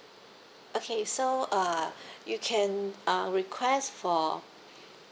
okay so uh you can uh request for